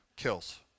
kills